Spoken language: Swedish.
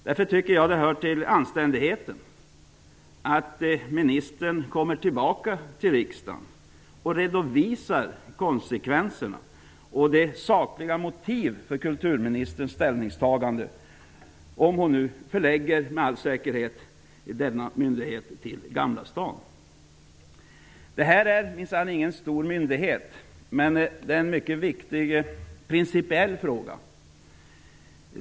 Det hör då till anständigheten att ministern inför riksdagen redovisar konsekvenserna och att hon redovisar de sakliga motiven till sitt ställningstagande att förlägga denna nya myndighetsorganisation till Granskningsnämnden för radio och TV är minsann inga stora myndigheter. Men frågan är principiellt mycket viktig.